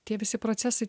tie visi procesai